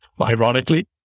Ironically